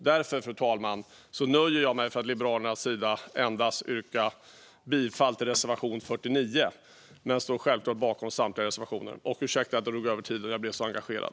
Därför, fru talman, nöjer jag mig också med att från Liberalernas sida yrka bifall endast till reservation 49 men står självklart bakom samtliga reservationer. Jag ber om ursäkt för att jag drog över tiden - jag blev så engagerad!